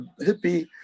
hippie